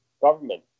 government